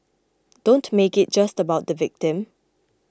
don't make it just about the victim